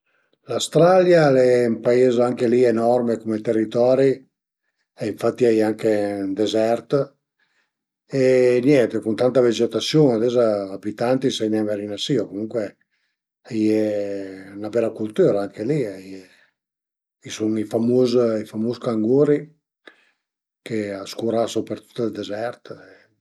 No sicürament perché al e 'na coza ch'a m'tira propi nen e, sai nen, mi preferisu fe d'auti viagi, ma propi viagé ën lë spazio, ma anche perché sai nen coza pödrìa vëddi, comuncue a m'pias nen, propi assolutamente a m'pias nen